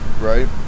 right